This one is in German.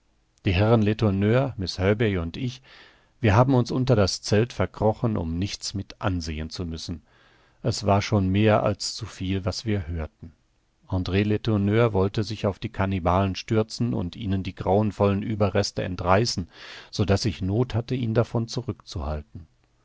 die herren letourneur miß herbey und ich wir haben uns unter das zelt verkrochen um nichts mit ansehen zu müssen es war schon mehr als zu viel was wir hörten andr letourneur wollte sich auf die kannibalen stürzen und ihnen die grauenvollen ueberreste entreißen so daß ich noth hatte ihn davon zurückzuhalten